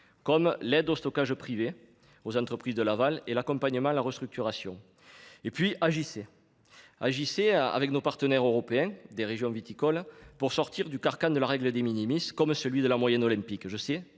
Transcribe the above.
comme l’aide au stockage privé, l’aide aux entreprises de l’aval et l’accompagnement à la restructuration. Monsieur le ministre, agissez avec nos partenaires européens des régions viticoles pour sortir du carcan de la règle des aides et de la moyenne olympique.